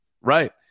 right